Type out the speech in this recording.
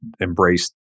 embraced